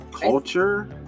culture